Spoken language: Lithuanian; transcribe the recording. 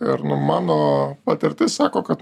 ir nu mano patirtis sako kad